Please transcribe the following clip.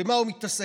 במה הוא מתעסק?